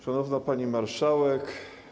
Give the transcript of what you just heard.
Szanowna Pani Marszałek!